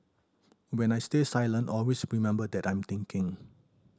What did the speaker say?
when I stay silent always remember that I'm thinking